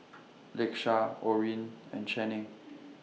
Lakesha Orene and Channing